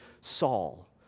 Saul